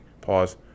pause